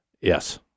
Yes